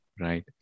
Right